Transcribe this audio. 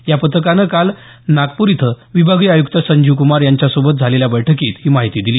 या पथकानं काल नागपूर इथं विभागीय आयुक्त संजीवक्मार यांच्यासोबत झालेल्या बैठकीत ही माहिती दिली